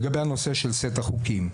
לגבי הנושא של סט החוקים.